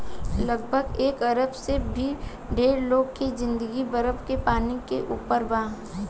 लगभग एक अरब से भी ढेर लोग के जिंदगी बरफ के पानी के ऊपर बा